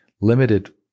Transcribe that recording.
limited